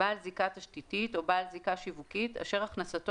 בעל זיקה תשתיתית או בעל זיקה שיווקית אשר הכנסתו